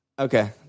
Okay